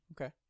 Okay